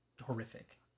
horrific